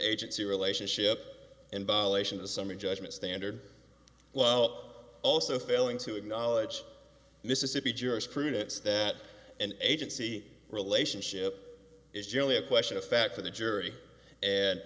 agency relationship in violation of summary judgment standard well also failing to acknowledge mississippi jurisprudence that and agency relationship is generally a question of fact for the jury and